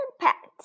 impact